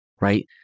right